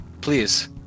Please